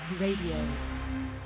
Radio